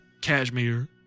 Cashmere